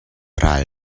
ral